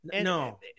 No